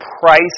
price